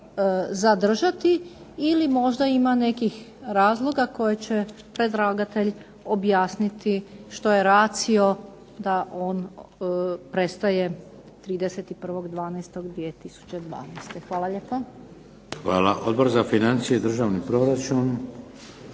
zadržati ili možda ima nekih razloga koje će predlagatelj objasniti što je ratio da on prestaje 31.12.2012. Hvala lijepo. **Šeks, Vladimir (HDZ)** Hvala. Odbor za financije i državni proračun?